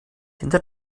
hinter